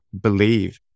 believe